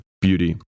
beauty